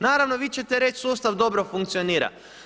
Naravno, vi ćete reći sustav dobro funkcionira.